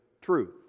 truth